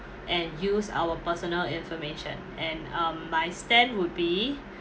and use our personal information and um my stand would be